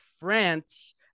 France